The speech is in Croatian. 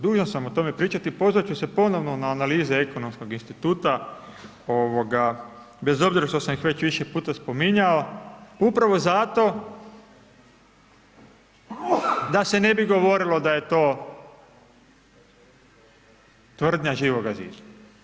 Dužan sam o tome pričati i pozvati ću se ponovno na analize Ekonomskog instituta bez obzira što sam ih već više puta spominjao, upravo zato da se ne bi govorilo da je to tvrdnja Živoga zida.